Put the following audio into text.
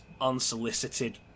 unsolicited